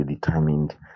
determined